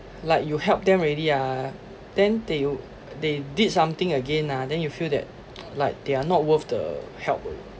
like you help them already ah then they they did something again ah then you feel that like they are not worth the help